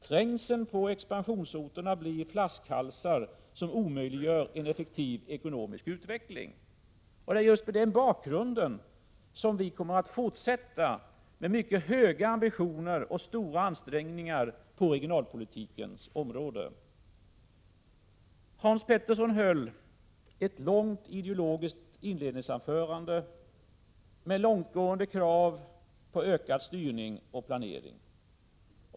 Trängseln på expansionsorterna blir flaskhalsar som omöjliggör en effektiv ekonomisk utveckling. Det är just mot denna bakgrund som vi kommer att fortsätta med mycket höga ambitioner och stora ansträngningar på regionalpolitikens område. Hans Petersson i Hallstahammar höll ett långt ideologiskt inledningsanförande med långtgående krav på ökad styrning och planering.